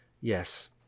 Yes